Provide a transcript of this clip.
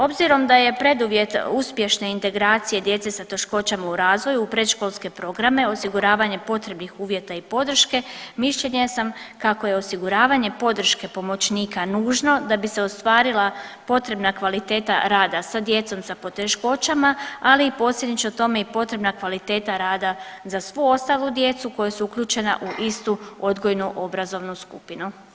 Obzirom da je preduvjet uspješne integracije djece sa teškoćama u razvoju u predškolske programe osiguravanjem potrebnih uvjeta i podrške, mišljenja sam kako je osiguravanje podrške pomoćnika nužno da bi se ostvarila potrebna kvaliteta rada sa djecom sa poteškoćama, ali i posljedično tome i potrebna kvaliteta rada za svu ostalu djecu koja su uključena u istu odgojnu-obrazovnu skupinu.